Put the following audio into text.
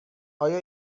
آیا